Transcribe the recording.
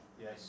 Yes